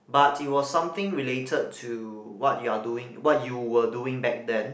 but it was something related to what you are doing what you will doing back then